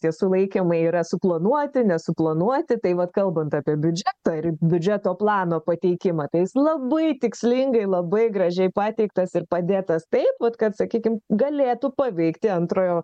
tie sulaikymai yra suplanuoti nesuplanuoti tai vat kalbant apie biudžetą ir biudžeto plano pateikimą tai jis labai tikslingai labai gražiai pateiktas ir padėtas taip vat kad sakykim galėtų paveikti antrojo